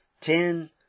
ten